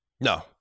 No